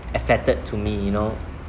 affected to me you know